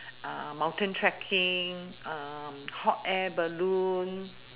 mountain trekking hot air balloon